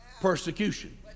persecution